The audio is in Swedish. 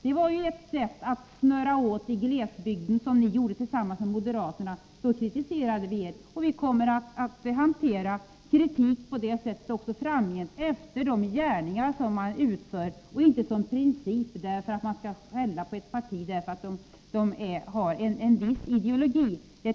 Det var ett sätt att snöra åt i glesbygderna, och beslutet om det fattade ni tillsammans med moderaterna. Då kritiserade vi er, och vi kommer att hantera kritik på det sättet också i framtiden — efter de gärningar som utförs. Vi kommer inte att framföra kritik bara av princip, därför att man skall skälla på ett parti som har en viss ideologi.